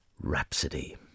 rhapsody